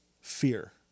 fear